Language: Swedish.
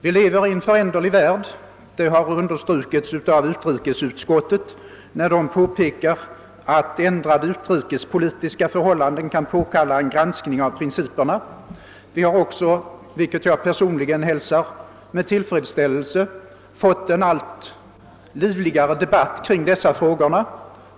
Vi lever i en föränderlig värld — det har understrukits av utrikesutskottet när det påpekar att ändrade utrikespolitiska förhållanden kan påkalla en granskning av principerna. Vi har också, vilket jag personligen hälsar med tillfredsställelse, fått en allt livligare debatt kring dessa frågor.